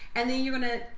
and then you're gonna,